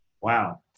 Wow